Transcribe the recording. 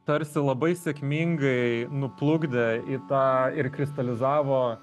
tarsi labai sėkmingai nuplukdė į tą ir kristalizavo